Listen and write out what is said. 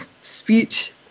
speech